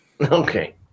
Okay